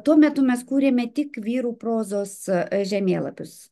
tuo metu mes kūrėme tik vyrų prozos žemėlapius